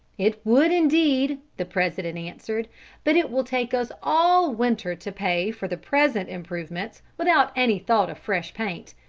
it would, indeed, the president answered but it will take us all winter to pay for the present improvements, without any thought of fresh paint.